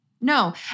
No